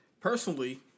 Personally